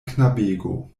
knabego